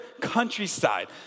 countryside